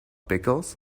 pickles